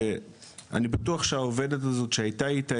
שאני בטוח שהעובדת הזו שהייתה איתה,